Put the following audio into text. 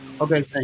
Okay